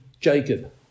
Jacob